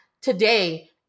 today